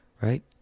right